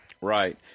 right